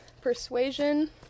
Persuasion